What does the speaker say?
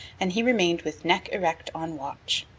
and he remained with neck erect on watch.